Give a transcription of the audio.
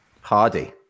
hardy